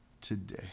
today